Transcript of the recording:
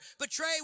betray